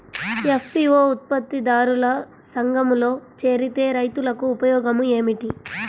FPO ఉత్పత్తి దారుల సంఘములో చేరితే రైతులకు ఉపయోగము ఏమిటి?